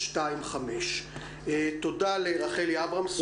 או 1-800-250025. תודה לרחלי אברמזון.